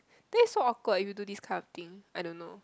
then is so awkward if you do this kind of thing I don't know